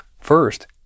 First